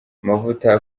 amavuta